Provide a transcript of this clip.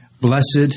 Blessed